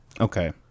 okay